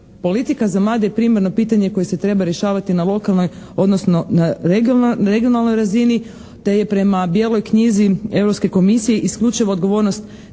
politika za mlade je primarno pitanje koje se treba rješavati na lokalnoj, odnosno na regionalnoj razini te je prema "Bijeloj knjizi" Europske komisije isključiva odgovornost